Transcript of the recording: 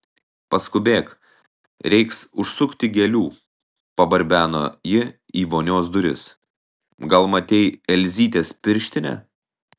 paskubėk reiks užsukti gėlių pabarbeno ji į vonios duris gal matei elzytės pirštinę